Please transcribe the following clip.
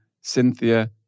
Cynthia